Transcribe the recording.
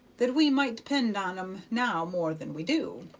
that we might depend on em now more than we do.